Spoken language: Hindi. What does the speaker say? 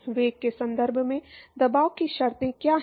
वेग के संदर्भ में दबाव की शर्तें क्या हैं